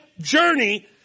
journey